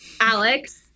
Alex